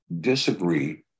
disagree